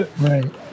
Right